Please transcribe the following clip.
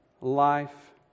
life